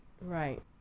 Right